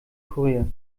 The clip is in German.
kurier